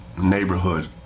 neighborhood